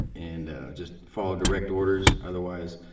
and just follow direct orders otherwise,